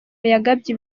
yagabye